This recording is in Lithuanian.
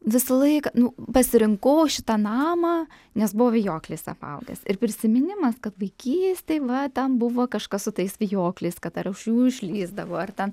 visą laiką nu pasirinkau šitą namą nes buvo vijokliais apaugęs ir prisiminimas kad vaikystėj va ten buvo kažkas su tais vijokliais kad ar už jų išlįsdavo ar ten